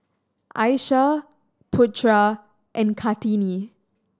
Aishah Putra and Kartini